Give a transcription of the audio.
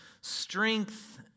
Strength